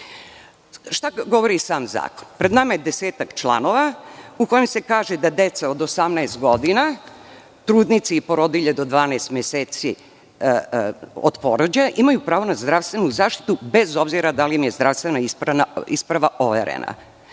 govori sam zakon? Pred nama je desetak članova u kojem se kaže da deca od 18 godina, trudnice i porodilje do 12 meseci od porođaja imaju pravo na zdravstvenu zaštitu, bez obzira da li im je zdravstvena isprava overena.